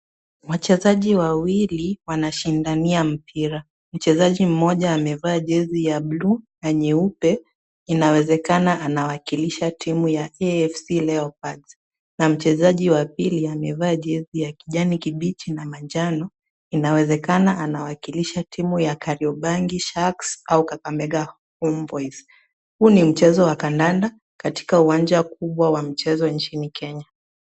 Wachezaji wawili wanashindania mpira ,mchezaji mmoja amevaa jezi ya bluu na nyeupe, inawezekana anawakilisha timu ya AFC Leopards na mchezaji wa pili amevaa jezi ya kijani kibichi na manjano inawezekana anawakilisha timu ya Kariobangi Sharks au Kakamega Homeboyz, huu ni mchezo wa kandanda katika uwanja kubwa wa mchezo nchini Kenya .